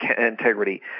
integrity